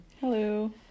Hello